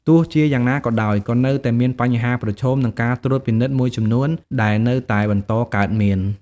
ទោះជាយ៉ាងណាក៏ដោយ ក៏នៅតែមានបញ្ហាប្រឈម និងការត្រួតពិនិត្យមួយចំនួនដែលនៅតែបន្តកើតមាន។